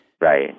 Right